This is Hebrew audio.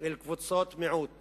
אל קבוצות מיעוט